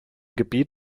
gebiet